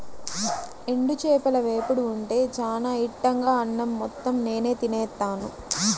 ఎండు చేపల వేపుడు ఉంటే చానా ఇట్టంగా అన్నం మొత్తం నేనే తినేత్తాను